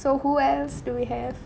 so who else do we have